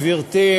גברתי,